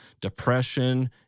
depression